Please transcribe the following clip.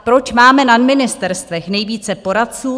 Proč máme na ministerstvech více poradců?